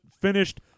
finished